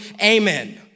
Amen